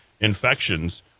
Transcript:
infections